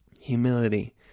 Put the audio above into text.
Humility